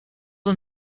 een